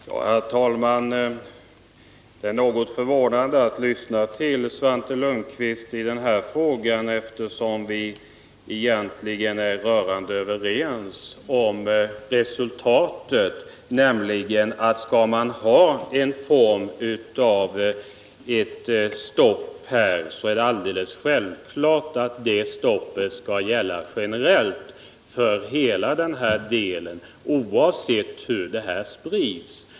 Herr talman! Det är något förvånande att lyssna till Svante Lundkvist i den här frågan, eftersom vi egentligen är rörande överens om resultatet, nämligen att om man skall ha ett stopp här, så är det alldeles självklart att det stoppet skall gälla generellt, oavsett hur bekämpningsmedlen sprids.